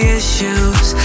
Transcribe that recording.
issues